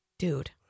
Dude